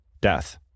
death